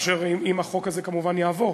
אם החוק הזה כמובן יעבור